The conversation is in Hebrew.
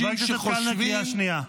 ----- חבר הכנסת קלנר, קריאה שנייה.